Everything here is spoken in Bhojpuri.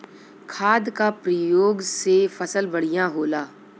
खाद क परयोग से फसल बढ़िया होला